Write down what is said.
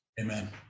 Amen